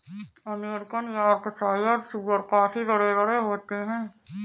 American Yorkshire सूअर काफी बड़े बड़े होते हैं